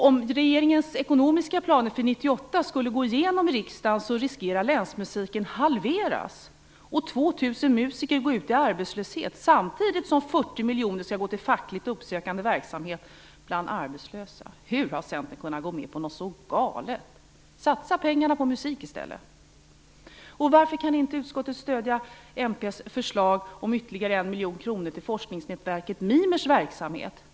Om regeringens ekonomiska planer för 1998 skulle gå igenom i riksdagen, riskerar länsmusiken att halveras och 2 000 musiker att få gå ut i arbetslöshet, samtidigt som 40 miljoner skall gå till fackligt uppsökande verksamhet bland arbetslösa. Hur har Centern kunnat gå med på något så galet? Satsa pengarna på musik i stället! Och varför kan inte utskottet stödja mp:s förslag om ytterligare 1 miljon kronor till forskningsnätverket Mimers verksamhet?